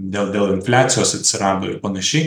dėl dėl infliacijos atsirado ir panašiai